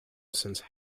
since